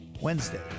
Wednesday